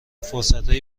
فرصت